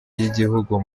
y’igihugu